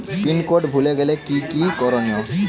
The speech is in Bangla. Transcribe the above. পিন কোড ভুলে গেলে কি কি করনিয়?